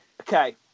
Okay